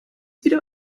wieder